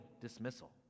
dismissal